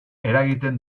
eragiten